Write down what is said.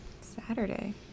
Saturday